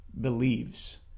believes